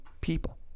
people